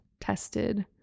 tested